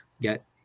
get